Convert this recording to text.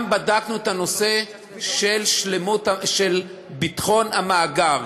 גם בדקנו את הנושא של ביטחון המאגר.